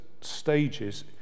stages